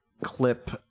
clip